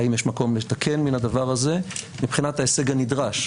האם יש מקום לתקן מן הדבר הזה מבחינת ההישג הנדרש,